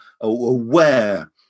aware